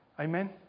Amen